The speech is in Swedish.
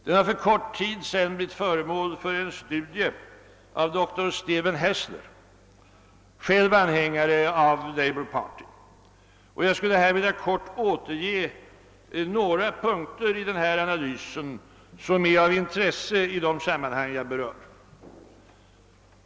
Den har för kort tid sedan blivit föremål för en studie av dr Stephen Haseler, själv anhängare av Labour Party. Jag vill här kort återge några punkter ur denna analys, som är av intresse i de sammanhang jag berör.